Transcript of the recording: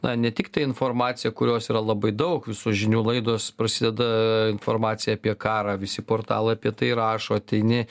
na ne tiktai informacija kurios yra labai daug visos žinių laidos prasideda informacija apie karą visi portalai apie tai rašo ateini